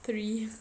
three